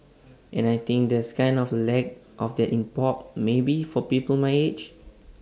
and I think there's kind of A lack of that in pop maybe for people my age